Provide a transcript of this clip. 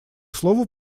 слово